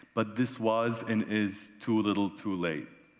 but this was and is too little, too late.